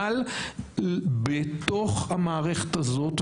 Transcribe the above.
אבל בתוך המערכת הזאת,